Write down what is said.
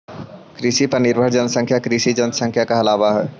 कृषि पर निर्भर जनसंख्या कृषि जनसंख्या कहलावऽ हई